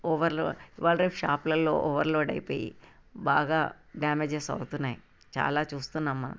over load ఇవాళ రేపు షాప్లల్లో ఓవర్ లోడ్ అయిపోయి బాగా డ్యామేజెస్ అవుతున్నాయి చాలా చూస్తున్నాము మనం